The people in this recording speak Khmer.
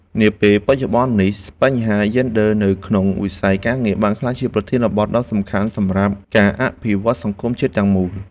នាពេលបច្ចុប្បន្ននេះ បញ្ហាយេនឌ័រនៅក្នុងវិស័យការងារបានក្លាយជាប្រធានបទដ៏សំខាន់សម្រាប់ការអភិវឌ្ឍសង្គមជាតិទាំងមូល។